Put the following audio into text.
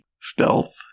Stealth